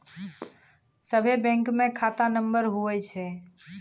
सभे बैंकमे खाता नम्बर हुवै छै